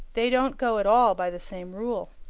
they don't go at all by the same rule.